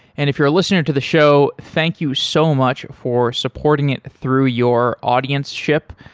and if you're listening to the show, thank you so much for supporting it through your audienceship.